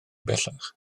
bellach